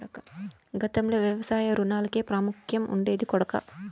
గతంలో వ్యవసాయ రుణాలకే ప్రాముఖ్యం ఉండేది కొడకా